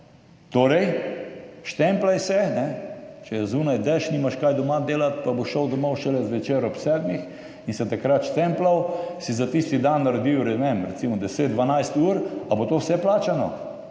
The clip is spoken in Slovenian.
Torej štempljaj se, če je zunaj dež, nimaš kaj doma delati, pa bo šel domov šele zvečer ob 19. uri in se takrat štempljal, si za tisti dan naredil, ne vem, recimo 10, 12 ur. Ali bo to vse plačano?